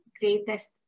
greatest